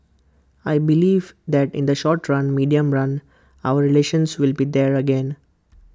I believe that in the short run medium run our relations will be there again